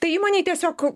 tai įmonei tiesiog